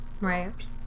Right